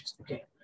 okay